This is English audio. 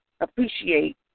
appreciate